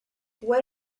what